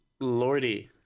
lordy